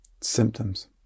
symptoms